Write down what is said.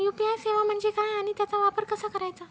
UPI सेवा म्हणजे काय आणि त्याचा वापर कसा करायचा?